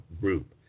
group